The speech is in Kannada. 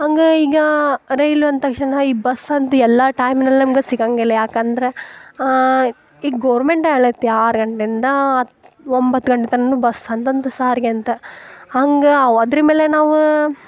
ಹಾಗೇ ಈಗ ರೈಲು ಅಂದ ತಕ್ಷಣ ಈ ಬಸ್ ಅಂತೂ ಎಲ್ಲ ಟೈಮಿನಲ್ಲಿ ಸಿಂಗೋಂಗಿಲ್ಲ ಯಾಕಂದ್ರೆ ಈ ಗೌರ್ಮೆಂಟ್ ಹೇಳೇತಿ ಆರು ಗಂಟೆಯಿಂದಾ ಒಂಬತ್ತು ಗಂಟೆ ತನಕ ಬಸ್ ಅಂತಂದು ಸಾರಿಗೆ ಅಂತ ಹಾಗ್ ಅದ್ರ ಮೇಲೆ ನಾವು